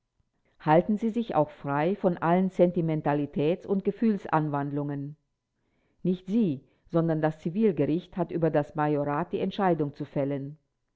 halten sie sich auch frei von allen sentimentalitäts und gefühlsanwandlungen nicht sie sondern das zivilgericht hat über das majorat die entscheidung zu fällen